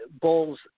Bulls